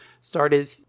started